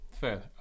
fair